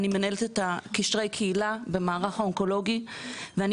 אני מנהלת את קשרי הקהילה במערך האונקולוגי ואני